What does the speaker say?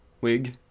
wig